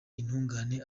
intungane